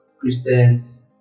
Christians